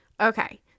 Okay